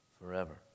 forever